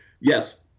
Yes